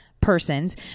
persons